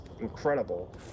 incredible